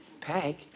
Peg